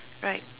right